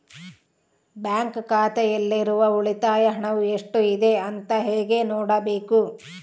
Bank ಖಾತೆಯಲ್ಲಿರುವ ಉಳಿತಾಯ ಹಣವು ಎಷ್ಟುಇದೆ ಅಂತ ಹೇಗೆ ನೋಡಬೇಕು?